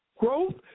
growth